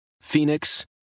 Phoenix